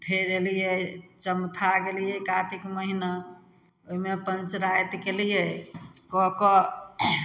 फेर अयलियै चमथा गेलियै कार्तिक महीना ओइमे पञ्चराति कयलियै कए कऽ